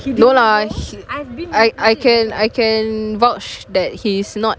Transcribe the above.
no lah he I I can I can vouch that he's not